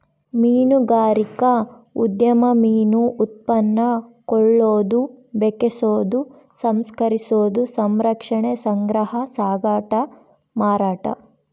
ಮೀನುಗಾರಿಕಾ ಉದ್ಯಮ ಮೀನು ಉತ್ಪನ್ನ ಕೊಳ್ಳೋದು ಬೆಕೆಸೋದು ಸಂಸ್ಕರಿಸೋದು ಸಂರಕ್ಷಣೆ ಸಂಗ್ರಹ ಸಾಗಾಟ ಮಾರಾಟ